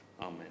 Amen